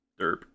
Derp